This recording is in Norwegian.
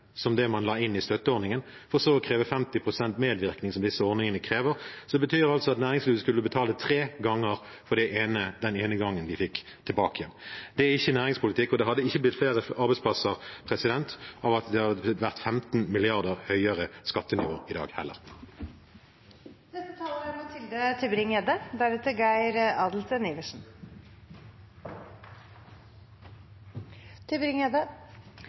og som man skulle øke, tok man ut dobbelt så mye som man la inn i støtteordningene, for så å kreve 50 pst. medvirkning, som disse ordningene krever. Det betyr altså at næringslivet skulle betale tre ganger for den ene gangen de fikk tilbake. Det er ikke næringspolitikk, og det hadde ikke blitt flere arbeidsplasser av at det hadde vært 15 mrd. kr høyere skattenivå i dag heller.